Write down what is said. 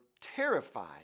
terrified